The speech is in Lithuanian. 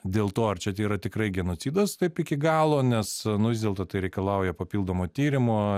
dėl to ar čia yra tikrai genocidas taip iki galo nes nu vis dėlto tai reikalauja papildomo tyrimo